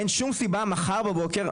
אין שום סיבה מחר בבוקר,